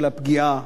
של הפגיעה.